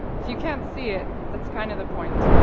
if you can't see it, that's kind of the point.